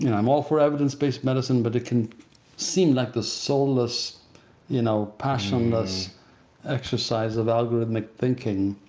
you know i'm all for evidence based medicine, but it can seem like the soulless you know passionless exercise of algorithmic thinking.